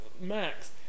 max